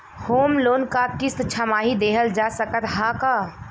Home loan क किस्त छमाही देहल जा सकत ह का?